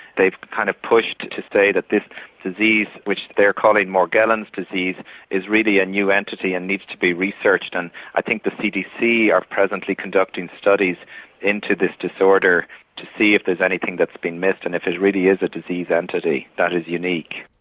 they've kind of pushed to say that this disease which they are calling morgellons disease is really a new entity and needs to be researched. and i think the cdc are presently conducting studies into this disorder to see if there's anything that's been missed and if it really is a disease entity that is unique.